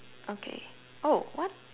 okay oh what